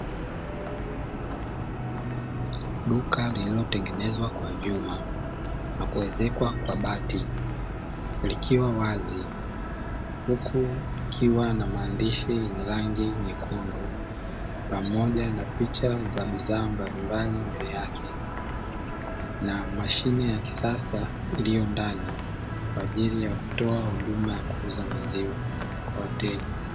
Duka lililotengenezwa kwa vyuma na kuezekwa kwa bati likiwa wazi, huku likiwa na maandishi yenye rangi nyekundu pamoja na picha za bidhaa mbalimbali mbele yake na mashine ya kisasa iliyo ndani kwa ajili ya kutoa huduma ya kuuza maziwa kwa wateja.